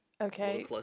Okay